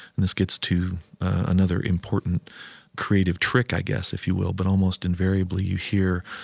and this gets to another important creative trick, i guess, if you will, but almost invariably you hear,